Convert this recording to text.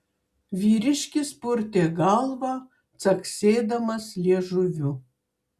vyriškis purtė galvą caksėdamas liežuviu